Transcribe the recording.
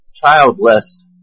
childless